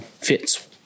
fits